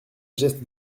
geste